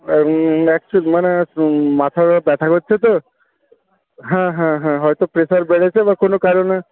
উম actually মানে মাথা ব্যাথা করছে তো হ্যাঁ হ্যাঁ হ্যাঁ হয়তো প্রেসার বেড়েছে বা কোনো কারণে